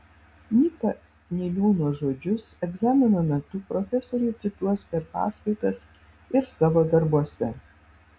nyka niliūno žodžius egzamino metu profesoriai cituos per paskaitas ir savo darbuose